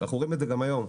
אנחנו רואים את זה גם היום,